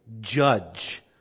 judge